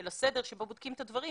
של הסדר שבו בודקים את הדברים,